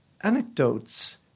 anecdotes